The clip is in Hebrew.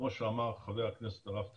כמו שאמר חבר הכנסת הרב טייב,